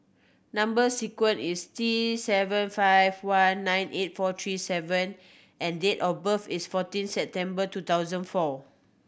number sequence is T seven five one nine eight four three F and date of birth is fourteen September two thousand four